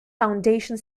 foundation